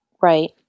right